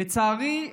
לצערי,